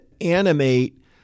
animate